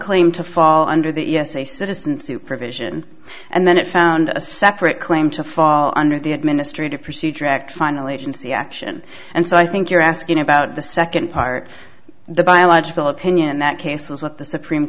claim to fall under the e s a citizen supervision and then it found a separate claim to fall under the administrative procedure act final agency action and so i think you're asking about the second part of the biological opinion in that case was what the supreme